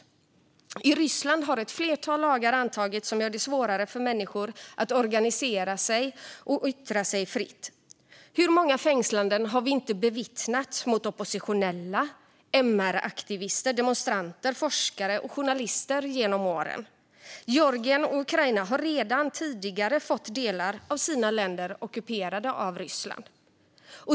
I Ryssland har ett flertal lagar antagits som gör det svårare för människor att organisera sig och yttra sig fritt. Hur många fängslanden av oppositionella, MR-aktivister, demonstranter, forskare och journalister har vi inte bevittnat genom åren? Georgien och Ukraina har redan tidigare fått delar av sina länder ockuperade av Ryssland.